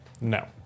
No